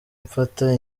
mfata